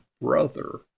brother